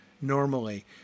normally